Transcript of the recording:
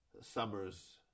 summers